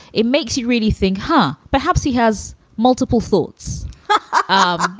it makes you really think, huh? perhaps he has multiple thoughts um